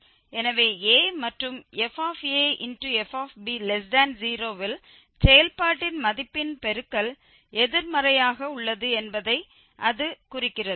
எனவே a மற்றும் fafb0 இல் செயல்பாட்டின் மதிப்பின் பெருக்கல் எதிர்மறையாக உள்ளது என்பதை அது குறிக்கிறது